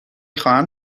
خواهم